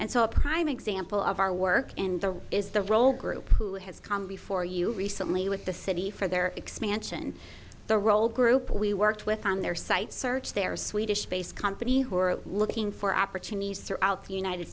and so a prime example of our work and the is the role group who has come before you recently with the city for their expansion the role group we worked with on their site search they're swedish based company who are looking for opportunities throughout the united